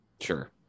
Sure